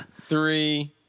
three